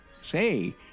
say